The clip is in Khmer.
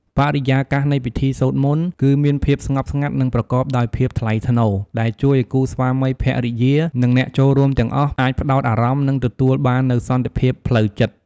បរិយាកាសនៃពិធីសូត្រមន្ត គឺមានភាពស្ងប់ស្ងាត់ និងប្រកបដោយភាពថ្លៃថ្នូរ ដែលជួយឲ្យគូស្វាមីភរិយា និងអ្នកចូលរួមទាំងអស់អាចផ្តោតអារម្មណ៍ និងទទួលបាននូវសន្តិភាពផ្លូវចិត្ត។